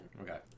Okay